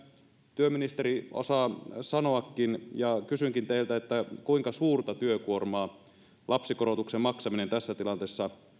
työministeri osaa sanoa joten kysynkin teiltä kuinka suurta työkuormaa lapsikorotuksen maksaminen tässä tilanteessa